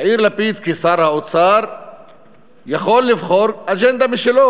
יאיר לפיד כשר האוצר יכול לבחור אג'נדה משלו,